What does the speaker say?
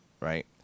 right